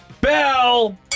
bell